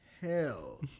hell